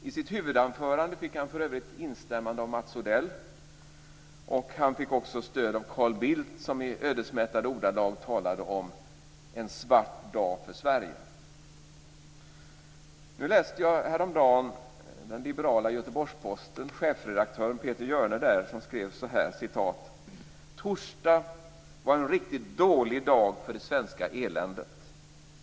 I sitt huvudanförande fick han för övrigt instämmande av Mats Odell. Han fick också stöd av Carl Bildt som i ödesmättade ordalag talade om en svart dag för Jag läste häromdagen den liberala Göteborgs Posten. Chefredaktör Peter Hjörne skrev så här: "Ja, torsdag var en riktigt dålig dag för det svenska eländet.